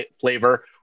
flavor